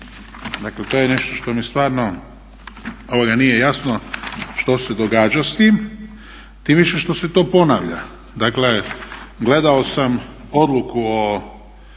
Dakle, to je nešto što mi stvarno nije jasno što se događa s tim? Tim više što se to ponavlja. Dakle, gledao sam odluku o